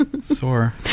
sore